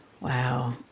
Wow